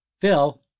Phil